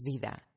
Vida